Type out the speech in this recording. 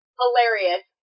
hilarious